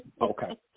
Okay